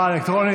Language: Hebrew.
אלקטרונית.